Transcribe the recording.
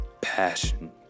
passion